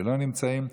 שלא נמצאים,